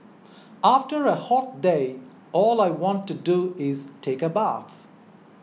after a hot day all I want to do is take a bath